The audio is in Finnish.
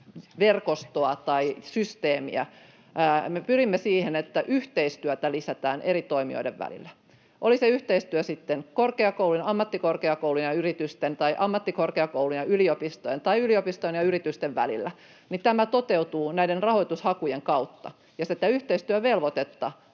kehitysverkostoa tai -systeemiä, me pyrimme siihen, että yhteistyötä lisätään eri toimijoiden välillä. Oli se yhteistyö sitten korkeakoulujen, ammattikorkeakoulujen ja yritysten tai ammattikorkeakoulujen ja yliopistojen tai yliopistojen ja yritysten välillä, niin tämä toteutuu näiden rahoitushakujen kautta, ja tätä yhteistyövelvoitetta